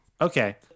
Okay